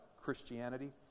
Christianity